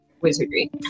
wizardry